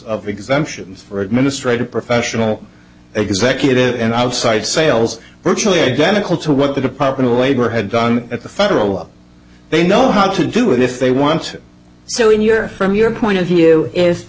of exemptions for administrative professional executive and outside sales virtually identical to what the department of labor had done at the federal level they know how to do it if they want to so in your from your point of view i